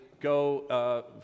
go